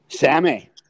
Sammy